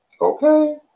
okay